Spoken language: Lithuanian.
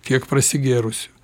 kiek prasigėrusių